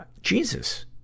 Jesus